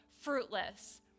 fruitless